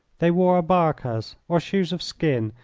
they wore abarcas, or shoes of skin,